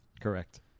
Correct